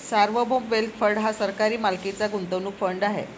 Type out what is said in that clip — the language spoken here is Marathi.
सार्वभौम वेल्थ फंड हा सरकारी मालकीचा गुंतवणूक फंड आहे